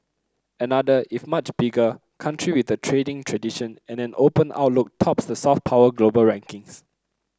another if much bigger country with a trading tradition and an open outlook tops the soft power global rankings